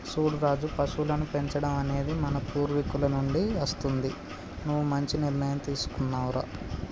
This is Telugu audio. సూడు రాజు పశువులను పెంచడం అనేది మన పూర్వీకుల నుండి అస్తుంది నువ్వు మంచి నిర్ణయం తీసుకున్నావ్ రా